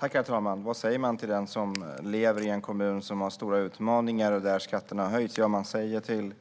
Herr talman! Vad säger man till dem som lever i en kommun som har stora utmaningar och där skatterna har höjts? Jo, man säger till